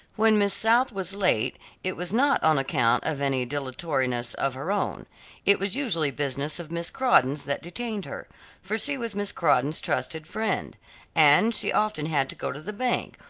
when miss south was late it was not on account of any dilatoriness of her own it was usually business of miss crawdon's that detained her for she was miss crawdon's trusted friend and she often had to go to the bank,